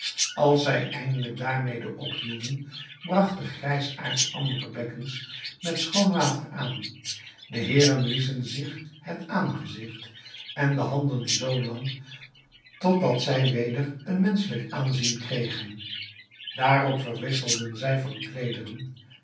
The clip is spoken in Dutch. als zij eindelijk daarmede ophielden bragt de grijsaard andere bekkens met schoon water aan de heeren wieschen zich het aangezigt en de handen zoo lang tot dat zij weder een menschelijk aanzien kregen daarop verwisselden zij van kleederen